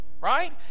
right